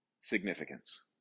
significance